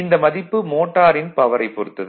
இந்த மதிப்பு மோட்டாரின் பவரைப் பொறுத்தது